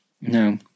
no